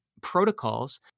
protocols